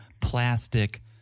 plastic